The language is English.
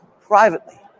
privately